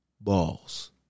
balls